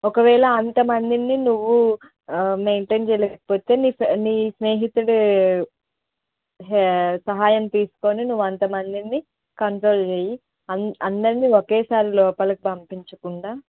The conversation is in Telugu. ఒకవేళ అంతమందిని నువ్వు మెయింటైన్ చెయ్యలేకపోతే నీ ఫె నీ సేహ్నితుడు సహాయం తీసుకొని నువ్వు అంతమందిని కంట్రోల్ చెయ్యి అంద్ అందరిని ఒకేసారి లోపలకి పంపించకుండా